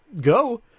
go